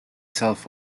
self